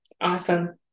Awesome